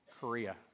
Korea